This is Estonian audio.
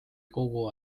kogu